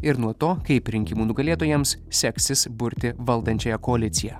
ir nuo to kaip rinkimų nugalėtojams seksis burti valdančiąją koaliciją